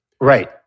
Right